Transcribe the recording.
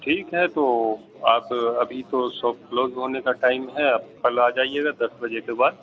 ٹھیک ہے تو آپ ابھی تو شاپ کلوز ہونے کا ٹائم ہے اب کل آ جائیے گا دس بجے کے بعد